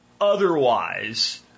Otherwise